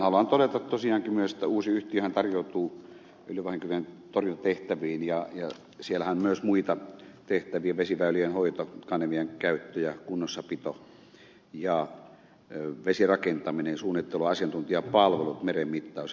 haluan todeta tosiaankin myös että uusi yhtiöhän tarjoutuu öljyvahinkojen torjuntatehtäviin ja siellähän on myös muita tehtäviä vesiväylien hoito kanavien käyttö ja kunnossapito ja vesirakentaminen ja suunnittelu asiantuntijapalvelut merenmittaus ja niin edelleen